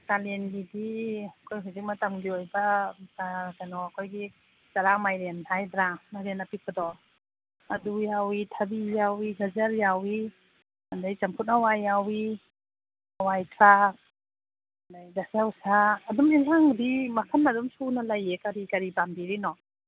ꯀꯥꯂꯦꯟꯒꯤꯗꯤ ꯑꯩꯈꯣꯏ ꯍꯧꯖꯤꯛ ꯃꯇꯝꯒꯤ ꯑꯣꯏꯕ ꯀꯩꯅꯣ ꯑꯩꯈꯣꯏꯒꯤ ꯆꯔꯥ ꯃꯥꯏꯔꯦꯟ ꯍꯥꯏꯗ꯭ꯔ ꯃꯥꯏꯔꯦꯟ ꯑꯄꯤꯛꯄꯗꯣ ꯑꯗꯨ ꯌꯥꯎꯏ ꯊꯕꯤ ꯌꯥꯎꯏ ꯒꯖꯔ ꯌꯥꯎꯏ ꯑꯗꯩ ꯆꯝꯐꯨꯠ ꯍꯋꯥꯏ ꯌꯥꯎꯏ ꯍꯋꯥꯏꯊ꯭ꯔꯥꯛ ꯑꯗꯩ ꯗꯁꯀꯨꯁꯥ ꯑꯗꯨꯝ ꯌꯦꯟꯁꯥꯡꯕꯨꯗꯤ ꯃꯈꯜ ꯑꯗꯨꯝ ꯁꯨꯅ ꯂꯩꯌꯦ ꯀꯔꯤ ꯀꯔꯤ ꯄꯥꯝꯕꯤꯔꯤꯅꯣ